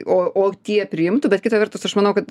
o o tie priimtų bet kita vertus aš manau kad